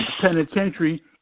penitentiary